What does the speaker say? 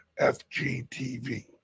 FGTV